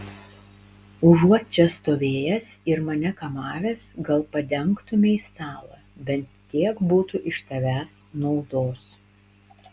užuot čia stovėjęs ir mane kamavęs gal padengtumei stalą bent tiek būtų iš tavęs naudos